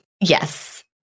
Yes